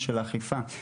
האחרונות.